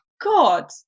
god